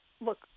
look